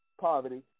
poverty